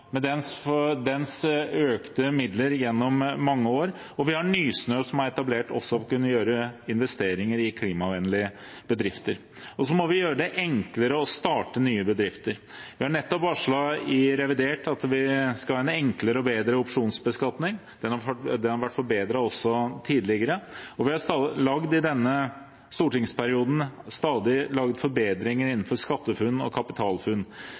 med økte midler gjennom mange år, og Nysnø, som er etablert, og også kan gjøre investeringer i klimavennlige bedrifter. Vi må gjøre det enklere å starte nye bedrifter. Vi har nettopp varslet i revidert at vi skal ha en enklere og bedre opsjonsbeskatning. Den er blitt forbedret også tidligere. Og i denne stortingsperioden har vi stadig laget forbedringer innenfor SkatteFunn og Kapitalfunn,